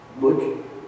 Look